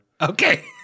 Okay